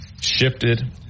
shifted